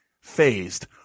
phased